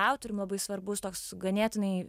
autorium labai svarbus toks ganėtinai